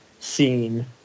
scene